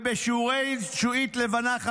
ובשימורי שעועית לבנה,